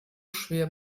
schwer